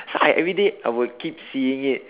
so I everyday I would keep seeing it